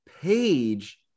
page